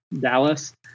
Dallas